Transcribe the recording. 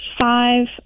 five